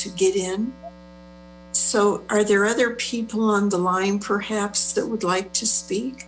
to get in so are there other people on the line perhaps that would like to speak